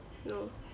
no